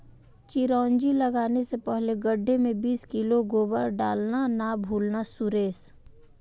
चिरौंजी लगाने से पहले गड्ढे में बीस किलो गोबर डालना ना भूलना सुरेश